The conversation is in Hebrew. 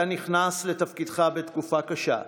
אתה נכנס לתפקידך בתקופה קשה,